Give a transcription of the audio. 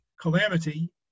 calamity